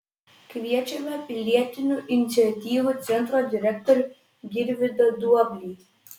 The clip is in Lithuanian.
kviečiame pilietinių iniciatyvų centro direktorių girvydą duoblį